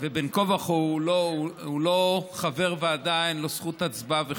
שבין כה וכה הוא לא חבר ועדה ואין לו זכות הצבעה וכו',